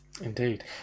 Indeed